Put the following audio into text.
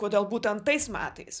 kodėl būtent tais metais